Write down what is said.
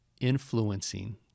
influencing